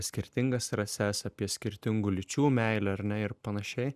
skirtingas rases apie skirtingų lyčių meilę ar ne ir panašiai